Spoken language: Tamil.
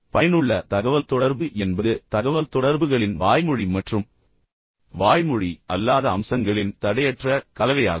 பயனுள்ள தகவல்தொடர்பு என்பது தகவல்தொடர்புகளின் வாய்மொழி மற்றும் வாய்மொழி அல்லாத அம்சங்களின் தடையற்ற கலவையாகும்